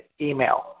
email